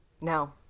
No